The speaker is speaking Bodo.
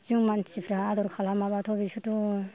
जों मानसिफ्रा आदर खालामाबाथ' बिसोरथ'